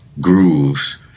grooves